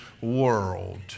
world